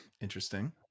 Interesting